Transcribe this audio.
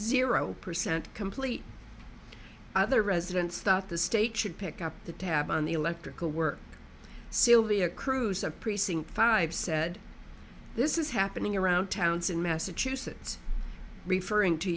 zero percent complete other residents thought the state should pick up the tab on the electrical work sylvia cruz a precinct five said this is happening around towns in massachusetts referring to